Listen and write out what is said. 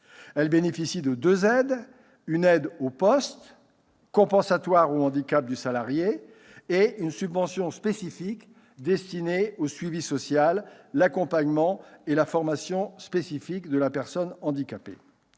Elles bénéficient de deux aides : une aide au poste compensatoire du handicap du salarié et une subvention spécifique destinée au suivi social, à l'accompagnement et à la formation spécifique de la personne handicapée.